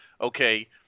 okay